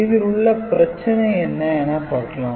இதில் உள்ள பிரச்சனை என்ன என பார்க்கலாம்